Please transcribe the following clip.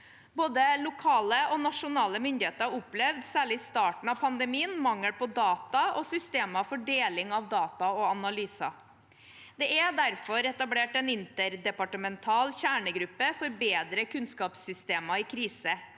Både lokale og nasjonale myndigheter opplevde, særlig i starten av pandemien, mangel på data og systemer for deling av data og analyser. Det er derfor etablert en interdepartemental kjernegruppe for bedre kunnskapssystemer i kriser.